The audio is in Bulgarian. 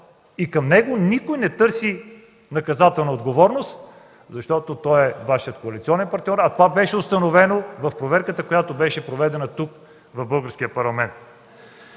закона. Никой не търси от него наказателна отговорност, защото той е Вашият коалиционен партньор. А това беше установено в проверката, която беше проведена тук, в Българския парламент.